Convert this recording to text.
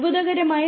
അത്ഭുതകരമായ